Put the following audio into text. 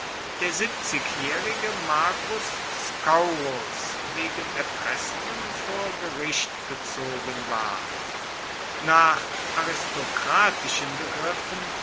der siebzigjährige marcus scaurus wegen erpressungen vor gericht gezogen ward nach aristokratischen begriffen